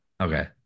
okay